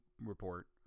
report